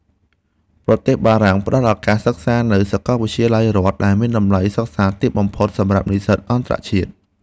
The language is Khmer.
ប្រទេសបារាំងផ្តល់ឱកាសសិក្សានៅសាកលវិទ្យាល័យរដ្ឋដែលមានតម្លៃសិក្សាទាបបំផុតសម្រាប់និស្សិតអន្តរជាតិ។